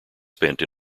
spent